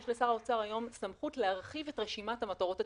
יש לשר האוצר היום סמכות להרחיב את רשימת המטרות הציבוריות.